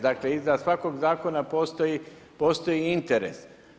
Dakle, iza svakog zakona postoji interes.